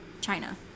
China